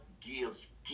gives